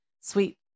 sweet